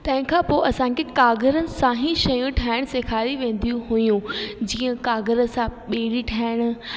तंहिंखां पोइ असांखे कागरनि सां ई शयूं ठाहिण सेखारी वेंदियूं हुइयूं जीअं कागर सां बेड़ी ठाहिण